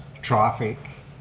traffic,